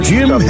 Jim